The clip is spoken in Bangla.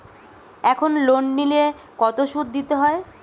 এখন লোন নিলে কত সুদ দিতে হয়?